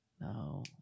No